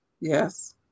Yes